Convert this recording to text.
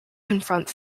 confront